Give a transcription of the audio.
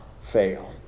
fail